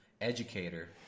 educator